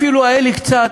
אפילו היה לי קצת,